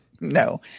no